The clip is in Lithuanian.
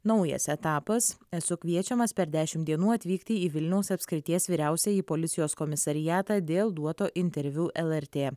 naujas etapas esu kviečiamas per dešimt dienų atvykti į vilniaus apskrities vyriausiąjį policijos komisariatą dėl duoto interviu lrt